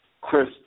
Chris